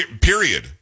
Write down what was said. period